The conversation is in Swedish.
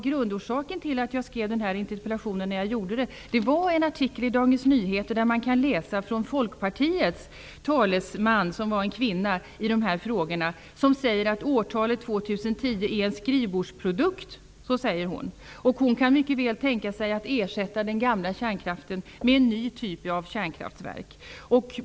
Grundorsaken till min interpellation var en artikel i Dagens Nyheter. Där kunde man läsa att Folkpartiets talesman i dessa frågor -- en kvinna -- sade att årtalet 2010 är en skrivbordsprodukt. Hon kunde mycket väl tänka sig att ersätta den gamla kärnkraften med en ny typ av kärnkraftverk.